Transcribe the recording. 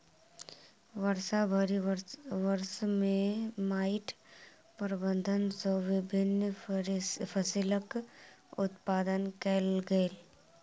वर्षभरि वर्ष में माइट प्रबंधन सॅ विभिन्न फसिलक उत्पादन कयल गेल